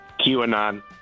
QAnon